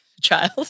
Child